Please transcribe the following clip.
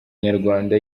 nyarwanda